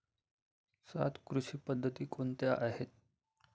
सात कृषी पद्धती कोणत्या आहेत?